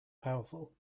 powerful